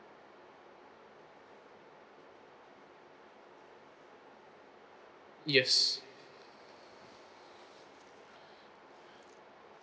yes